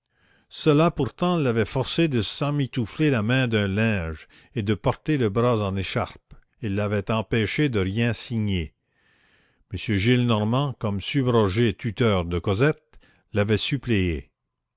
cela pourtant l'avait forcé de s'emmitoufler la main d'un linge et de porter le bras en écharpe et l'avait empêché de rien signer m gillenormand comme subrogé tuteur de cosette l'avait suppléé